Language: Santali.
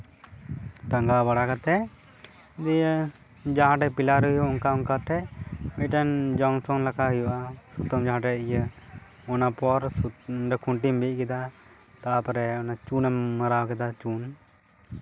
ᱴᱟᱸᱜᱟᱣ ᱵᱟᱲᱟ ᱠᱟᱛᱮᱫ ᱫᱤᱭᱮ ᱡᱟᱦᱟᱸ ᱴᱷᱮᱱ ᱯᱤᱞᱟᱨ ᱦᱩᱭᱩᱜᱼᱟ ᱚᱱᱠᱟ ᱚᱱᱠᱟᱛᱮ ᱢᱤᱫᱴᱮᱱ ᱡᱚᱝᱥᱚᱝ ᱞᱮᱠᱟ ᱦᱩᱭᱩᱜᱼᱟ ᱥᱩᱛᱟᱹᱢ ᱡᱟᱦᱟᱸ ᱴᱷᱮᱱ ᱤᱭᱟᱹ ᱚᱱᱟᱯᱚᱨ ᱚᱰᱮ ᱠᱷᱩᱱᱴᱤᱢ ᱵᱤᱫ ᱠᱮᱫᱟ ᱛᱟᱨᱯᱚᱨᱮ ᱚᱱᱟ ᱪᱩᱱ ᱮᱢ ᱢᱟᱨᱟᱣ ᱠᱮᱫᱟ ᱪᱩᱱ